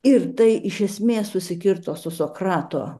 ir tai iš esmės susikirto su sokrato